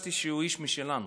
שהרגשתי שהוא איש משלנו.